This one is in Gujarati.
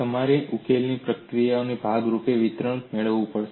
તમારી ઉકેલ પ્રક્રિયાના ભાગરૂપે વિતરણ મેળવવું પડશે